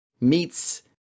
meets